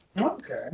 Okay